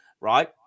right